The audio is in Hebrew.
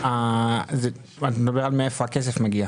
אתה מדבר על מהיכן הכסף מגיע.